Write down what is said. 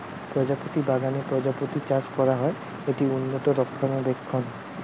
প্রজাপতি বাগানে প্রজাপতি চাষ করা হয়, এটি উন্নত রক্ষণাবেক্ষণ